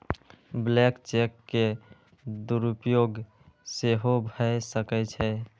blank cheque के दुरुपयोग सेहो भए सकै छै